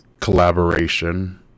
collaboration